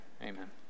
Amen